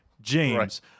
James